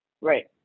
Right